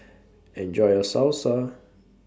Enjoy your Salsa